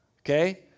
okay